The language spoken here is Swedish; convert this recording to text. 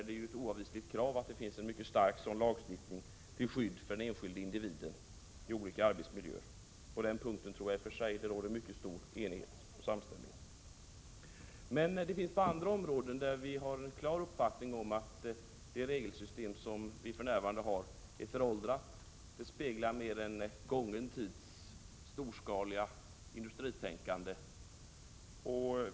Det är ett oavvisligt krav att det finns en mycket stark sådan lagstiftning, till skydd för den enskilde individen i olika arbetsmiljöer. På den punkten tror jag att det råder en mycket stor enighet. Men på andra områden har vi en klar uppfattning att det regelsystem som för närvarande tillämpas är föråldrat. Det speglar mycket av en gången tids storskaliga industritänkande.